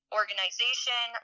organization